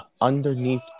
underneath